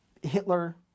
Hitler